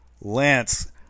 Lance